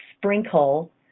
sprinkle